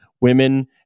women